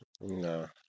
no